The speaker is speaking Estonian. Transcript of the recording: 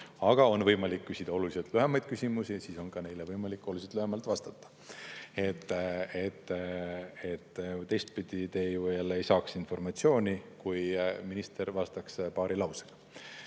Aga on võimalik küsida oluliselt lühemaid küsimusi ja siis on võimalik neile ka oluliselt lühemalt vastata. Teistpidi jälle te ei saaks ju informatsiooni, kui minister vastaks paari lausega.